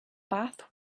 bath